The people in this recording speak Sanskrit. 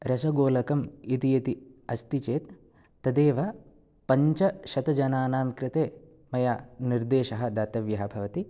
रसगोलकम् इति यदि अस्ति चेत् तदेव पञ्चशतजनानाङ्कृते मया निर्देशः दातव्यः भवति